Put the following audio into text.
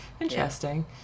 interesting